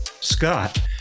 Scott